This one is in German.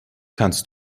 kannst